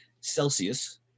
Celsius